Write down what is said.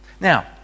now